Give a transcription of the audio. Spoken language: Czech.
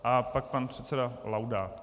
A pak pan předseda Laudát.